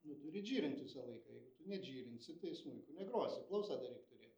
nu turi džyrint visą laiką jeigu tu nedžyrinsi tai smuiku negrosi klausą dar reik turėt